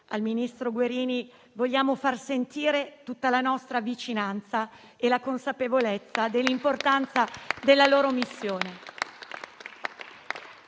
al ministro Guerini - vogliamo far sentire tutta la nostra vicinanza e la consapevolezza dell'importanza della loro missione.